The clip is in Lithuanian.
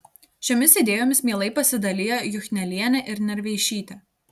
šiomis idėjomis mielai pasidalija juchnelienė ir narveišytė